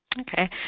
Okay